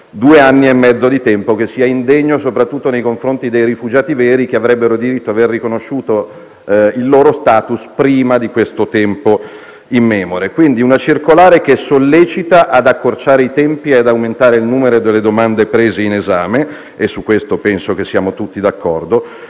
due anni e mezzo di tempo, indegno soprattutto nei confronti dei rifugiati veri che avrebbero diritto ad avere riconosciuto il loro *status* prima di questo tempo immemore. Quindi, si tratta di una circolare che sollecita ad accorciare i tempi e ad aumentare il numero delle domande prese in esame, e su questo credo siamo tutti d'accordo.